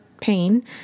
pain